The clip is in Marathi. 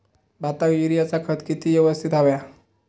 भाताक युरियाचा खत किती यवस्तित हव्या?